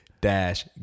dash